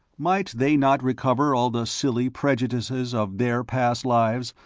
might they not recover all the silly prejudices of their past lives,